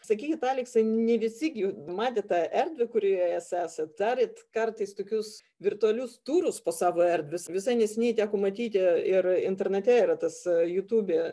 sakykit aleksai ne visi gi matė tą erdvę kurioje jūs esat darėt kartais tokius virtualius turus po savo erdves visai neseniai teko matyti ir internate yra tas jutube